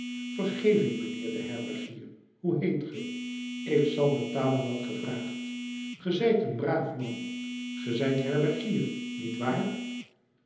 vergeving mijnheer de herbergier hoe heet ge ik zal betalen wat ge vraagt ge zijt een braaf man ge zijt herbergier niet waar